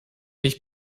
ich